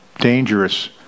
dangerous